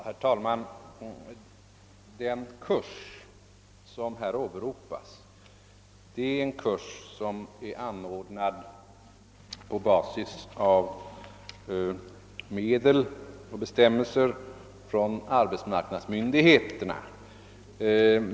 Herr talman! Den kurs som herr Jönsson i Ingemarsgården åberopar är anordnad med medel och på basis av bestämmelser från <arbetsmarknadsmyndigheterna.